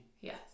Yes